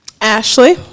Ashley